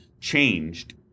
changed—